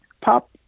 Pop